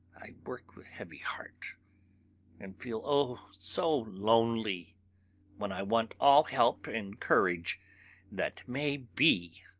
i work with heavy heart and feel, oh! so lonely when i want all help and courage that may be!